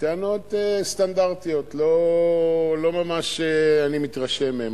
טענות סטנדרטיות, ואני לא ממש מתרשם מהן.